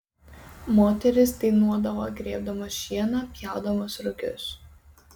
moterys dainuodavo grėbdamos šieną pjaudamos rugius